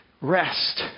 rest